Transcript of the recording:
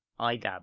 Idab